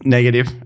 Negative